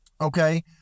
okay